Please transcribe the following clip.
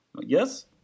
Yes